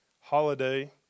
holiday